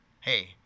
hey